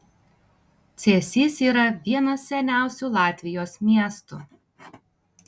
cėsys yra vienas seniausių latvijos miestų